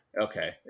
Okay